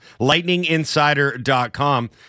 LightningInsider.com